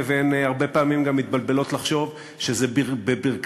כל זה בלי רישיון ובלי להתחשב במצב,